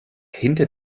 hinter